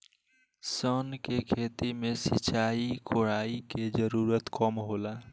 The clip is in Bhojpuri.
सन के खेती में सिंचाई, कोड़ाई के जरूरत कम होला